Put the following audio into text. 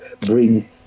bring